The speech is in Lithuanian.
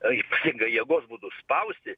a ypatingai jėgos būdu spausti